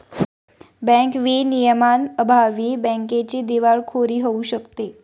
bank विनियमांअभावी बँकेची दिवाळखोरी होऊ शकते